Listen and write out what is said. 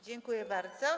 Dziękuję bardzo.